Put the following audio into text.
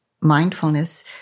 mindfulness